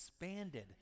expanded